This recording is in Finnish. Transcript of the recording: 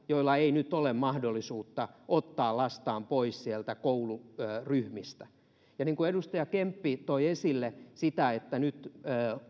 joilla ei nyt ole mahdollisuutta ottaa lastaan pois sieltä kouluryhmistä ovat nimenomaan hyvin pienituloisia edustaja kemppi toi esille sitä että nyt